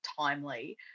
timely